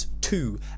two